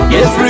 Yes